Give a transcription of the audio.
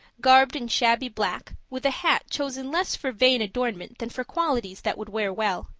garbed in shabby black, with a hat chosen less for vain adornment than for qualities that would wear well.